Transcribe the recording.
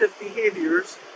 behaviors